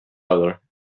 other